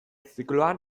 zikloan